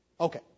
Okay